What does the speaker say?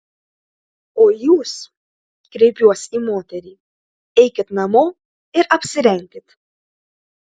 o jūs kreipiuos į moterį eikit namo ir apsirenkit